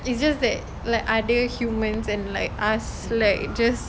it's just that like other humans and like us like just